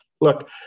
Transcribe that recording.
Look